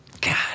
God